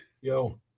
Yo